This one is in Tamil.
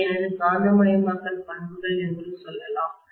இது எனது காந்தமயமாக்கல் பண்புகள் என்று சொல்லலாம்